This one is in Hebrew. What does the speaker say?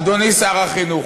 אדוני שר החינוך,